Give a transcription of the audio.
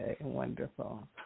wonderful